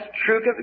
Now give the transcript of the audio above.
true